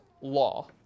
law